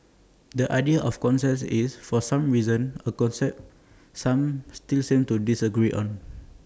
the idea of consent is for some reason A concept some still seem to disagree on